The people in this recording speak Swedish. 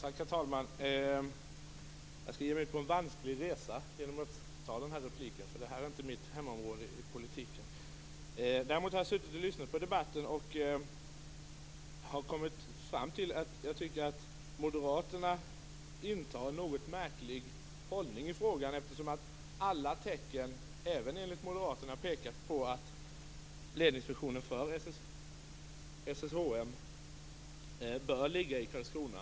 Herr talman! Jag skall ge mig ut på en vansklig resa genom att begära denna replik. Detta är nämligen inte mitt hemområde inom politiken. Däremot har jag suttit och lyssnat på debatten, och jag har kommit fram till att jag tycker att Moderaterna intar en något märklig hållning i frågan. Alla tecken pekar, även enligt Moderaterna, nämligen på att ledningsfunktionen för SSHM bör ligga i Karlskrona.